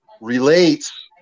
relates